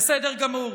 בסדר גמור.